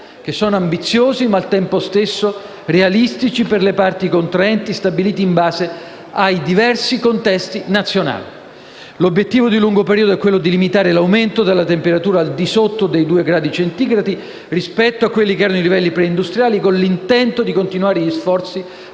che sono ambiziosi ma al tempo stesso realistici per le parti contraenti, stabiliti in base ai diversi contesti nazionali. L'obiettivo di lungo periodo è quello di limitare l'aumento della temperatura al di sotto dei due gradi centigradi rispetto ai livelli preindustriali, con l'intento di continuare gli sforzi